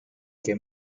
che